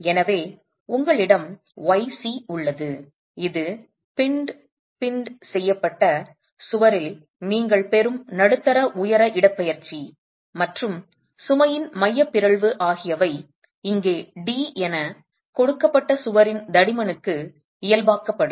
எனவே உங்களிடம் yc உள்ளது இது பின் பின் செய்யப்பட்ட சுவரில் நீங்கள் பெறும் நடுத்தர உயர இடப்பெயர்ச்சி மற்றும் சுமையின் மைய பிறழ்வு ஆகியவை இங்கே d என கொடுக்கப்பட்ட சுவரின் தடிமனுக்கு இயல்பாக்கப்படும்